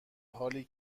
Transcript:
حالی